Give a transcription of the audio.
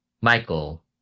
Michael